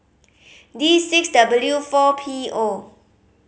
D six W four P O